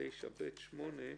סעיף 69ב8,